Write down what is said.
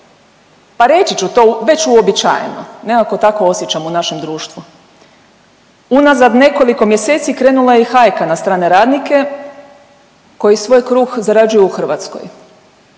pa reći ću to već uobičajeno. Nekako tako osjećam u našem društvu. Unazad nekoliko mjeseci krenula je i hajka na strane radnike koji svoj kruh zarađuju u Hrvatskoj.